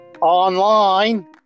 online